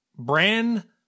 Brand